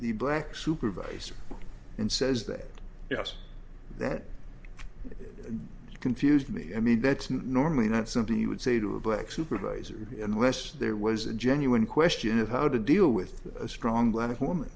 the black supervisor and says that yes that confused me i mean that's normally not something you would say to a black supervisor unless there was a genuine question of how to deal with a strong black woman